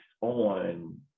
on